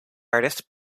artist